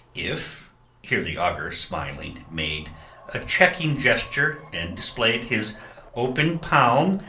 if here the augur, smiling, made a checking gesture and displayed his open palm,